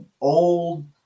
old